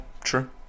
true